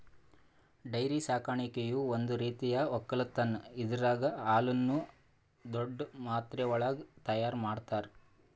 dairy ಸಾಕಾಣಿಕೆಯು ಒಂದ್ ರೀತಿಯ ಒಕ್ಕಲತನ್ ಇದರಾಗ್ ಹಾಲುನ್ನು ದೊಡ್ಡ್ ಮಾತ್ರೆವಳಗ್ ತೈಯಾರ್ ಮಾಡ್ತರ